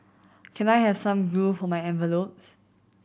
can I have some glue for my envelopes